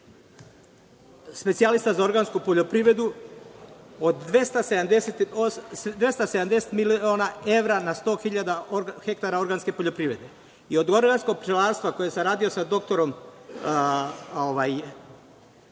specijalista za organsku poljoprivredu, od 270 miliona evra na 100 hiljada hektara organske poljoprivrede i od organskog pčelarstva koje sam radio sa